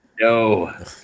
No